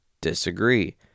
Disagree